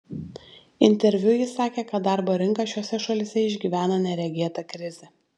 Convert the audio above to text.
interviu ji sakė kad darbo rinka šiose šalyse išgyvena neregėtą krizę